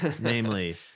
namely